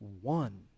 one